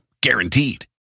Guaranteed